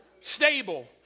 Stable